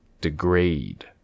degrade